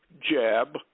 Jab